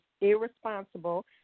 irresponsible